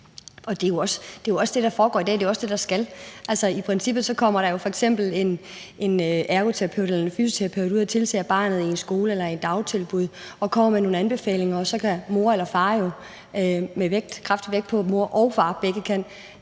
i dag, og det skal det også. I princippet kommer der jo f.eks. en ergoterapeut eller en fysioterapeut ud og tilser barnet i en skole eller i et dagtilbud og kommer med nogle anbefalinger, og så kan mor og far – med kraftig vægt på mor og far,